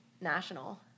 national